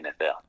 NFL